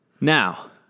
Now